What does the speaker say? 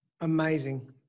Amazing